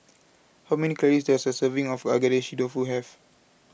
how many calories does a serving of Agedashi Dofu have